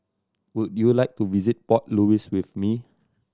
would you like to visit Port Louis with me